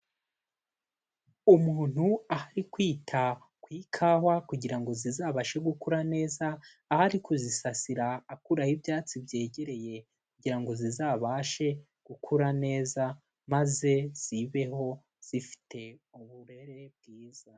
Umuntu aho ari kwita ku ikawa kugira ngo zizabashe gukura neza, aho ari kuzisasira akuraho ibyatsi byegereye kugira ngo zizabashe gukura neza maze zibeho zifite uburere bwiza.